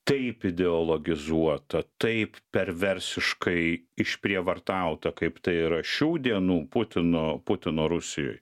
taip ideologizuota taip perversiškai išprievartauta kaip tai yra šių dienų putino putino rusijoj